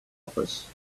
office